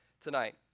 tonight